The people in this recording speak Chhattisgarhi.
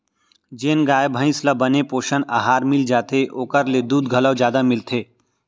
जेन गाय भईंस ल बने पोषन अहार मिल जाथे ओकर ले दूद घलौ जादा मिलथे